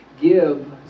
give